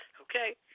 Okay